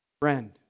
Friend